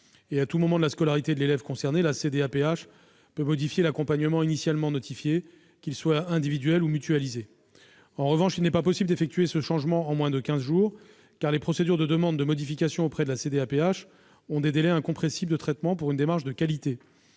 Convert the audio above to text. À tout moment de la scolarité de l'élève concerné, la CDAPH peut modifier l'accompagnement initialement notifié, qu'il soit individuel ou mutualisé. En revanche, il n'est pas possible d'effectuer ce changement en moins de quinze jours, car les procédures de demande de modification auprès de la CDAPH ont des délais incompressibles de traitement, pour une démarche de qualité.